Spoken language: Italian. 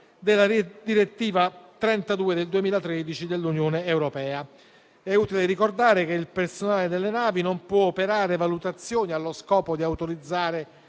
della direttiva n. 32 del 2013 dell'Unione europea. È utile ricordare che il personale delle navi non può operare valutazioni allo scopo di autorizzare